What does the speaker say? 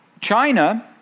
China